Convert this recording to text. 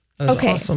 okay